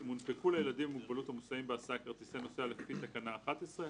אם הונפקו לילדים עם מוגבלות המוסעים בהסעה כרטיסי נוסע לפי תקנה 11,